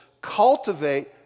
cultivate